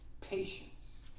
patience